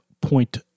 point